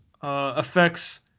affects